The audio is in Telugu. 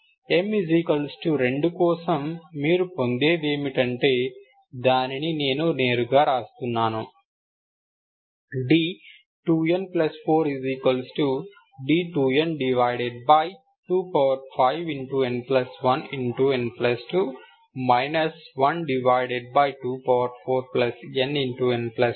m 2 కోసం మీరు పొందేది ఏమిటంటే దానిని నేను నేరుగా వ్రాస్తున్నాను d2n4d2n25n1n2 124nn1